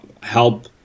help